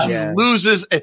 loses